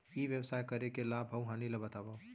ई व्यवसाय करे के लाभ अऊ हानि ला बतावव?